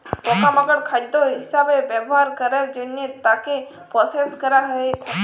পকা মাকড় খাদ্য হিসবে ব্যবহার ক্যরের জনহে তাকে প্রসেস ক্যরা হ্যয়ে হয়